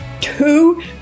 two